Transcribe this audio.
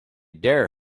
dare